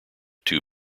two